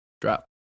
Drop